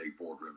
boardrooms